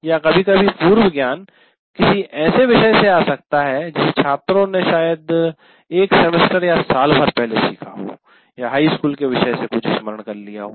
या कभी कभी पूर्व ज्ञान किसी ऐसे विषय से आ सकता है जिसे छात्रों ने शायद एक सेमेस्टर या सालभर पहले सीखा हो या हाई स्कूल के विषय से कुछ स्मरण कर लिया हो